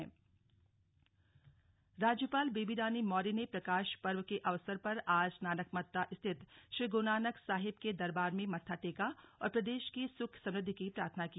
राज्यपाल नानकमता राज्यपाल बेबी रानी मौर्य ने प्रकाश पर्व के अवसर पर आज नानकमत्ता स्थित श्री गुरूनानक साहिब के दरबार में मत्था टेका और प्रदेश की सुख समृद्धि की प्रार्थना की